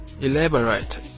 elaborate